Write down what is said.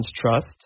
trust